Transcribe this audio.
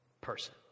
person